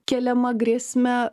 keliama grėsme